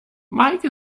mike